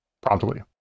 promptly